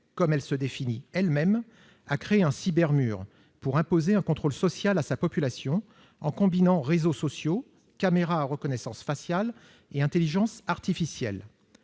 comme elle se définit elle-même, a créé un cybermur pour imposer un contrôle social à sa population, en combinant réseaux sociaux, caméras à reconnaissance faciale et intelligence artificielle.